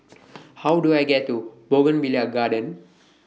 How Do I get to Bougainvillea Garden